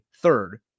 third